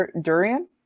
Durian